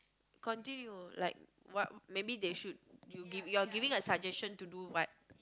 continue like what maybe they should to give you're giving a suggestion to do what